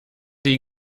die